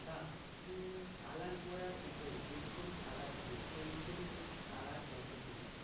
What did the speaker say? বা কালার করার ওপর যেরকম কালার হবে সেই হিসেবে সে কালার করতে শিখুক